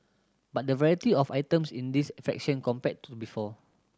but the variety of items in this fraction compared to before